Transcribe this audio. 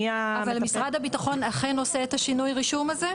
מי המטפל --- אבל משרד הביטחון אכן עושה את שינוי הרישום הזה?